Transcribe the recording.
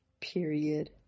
Period